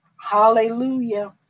Hallelujah